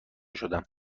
شدم